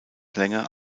länger